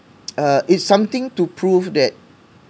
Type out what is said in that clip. uh it's something to prove that